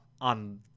on